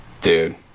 Dude